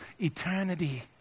eternity